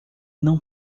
não